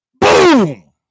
boom